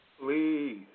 please